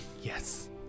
Yes